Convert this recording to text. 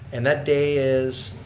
and that day is?